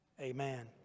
Amen